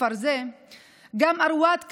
בכפר זה גם ארואד כיוף,